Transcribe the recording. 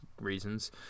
reasons